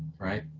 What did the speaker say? right.